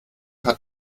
hat